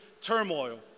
turmoil